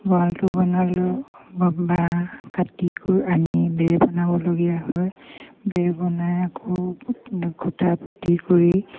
গঁৰালটো বনালেওঁ বাঁহ কাটি কৰি আনি বেৰ বনাবলগীয়া হয় বেৰ বনাই আকৌ খুটা পুতি কৰি